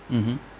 mmhmm